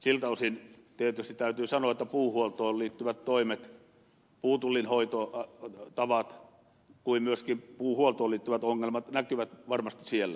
siltä osin tietysti täytyy sanoa että puuhuoltoon liittyvät toimet niin puutullin hoitotavat kuin myöskin puuhuoltoon liittyvät ongelmat näkyvät varmasti siellä